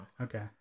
okay